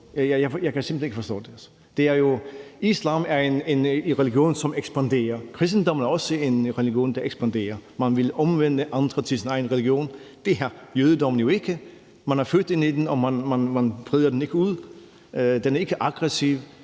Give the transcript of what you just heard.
jeg kan simpelt hen ikke forstå det. Islam er jo en religion, som ekspanderer. Kristendommen er også en religion, der ekspanderer. Man vil omvende folk til sin egen religion. Det har jødedommen jo ikke gjort. Man er født ind i den, og man udbreder den ikke. Den er ikke aggressiv,